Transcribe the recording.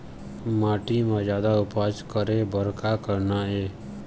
माटी म जादा उपज करे बर का करना ये?